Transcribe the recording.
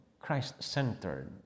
Christ-centered